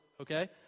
okay